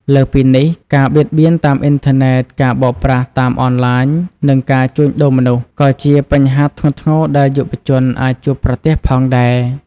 លើសពីនេះ ការ បៀតបៀនតាមអ៊ីនធឺណិត ការបោកប្រាស់តាមអនឡាញ និងការជួញដូរមនុស្ស ក៏ជាបញ្ហាធ្ងន់ធ្ងរដែលយុវជនអាចជួបប្រទះផងដែរ។